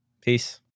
peace